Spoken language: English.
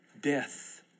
death